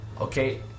Okay